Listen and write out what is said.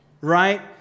right